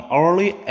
early